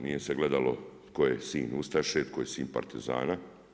Nije se gledalo tko je sin ustaše, tko je sin partizana.